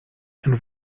and